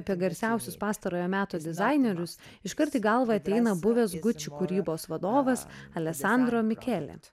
apie garsiausius pastarojo meto dizainerius iškart į galvą ateina buvęs gucci kūrybos vadovas aleksandro mikelet